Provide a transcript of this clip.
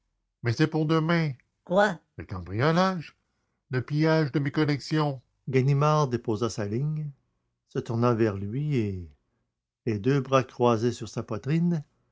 mais c'est pour demain quoi le cambriolage le pillage de mes collections ganimard déposa sa ligne se tourna vers lui et les deux bras croisés sur sa poitrine